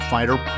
Fighter